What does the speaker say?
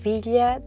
Villa